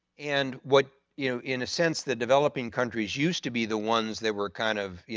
and what, you know, in a sense, the developing countries use to be the ones that were kind of, you